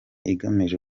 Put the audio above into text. igamije